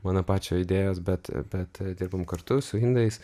mano pačio idėjos bet bet dirbam kartu su indais